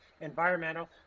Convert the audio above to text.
environmental